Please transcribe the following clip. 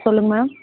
சொல்லுங்க மேம்